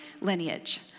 lineage